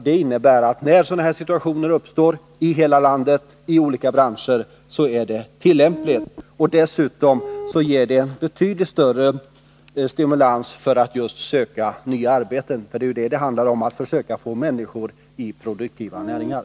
Det är nämligen tillämpligt i hela landet och i olika branscher, när sådana här situationer uppstår. Dessutom ger det betydligt större stimulans när det gäller att söka nya arbeten. Och det är ju detta det handlar om, att få människor sysselsatta i produktiva näringar.